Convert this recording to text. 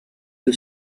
you